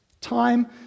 Time